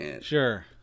Sure